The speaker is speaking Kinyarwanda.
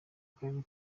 karere